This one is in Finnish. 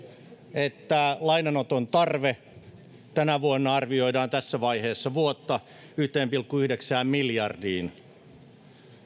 että lainanoton tarve tänä vuonna arvioidaan tässä vaiheessa vuotta yhteen pilkku yhdeksään miljardiin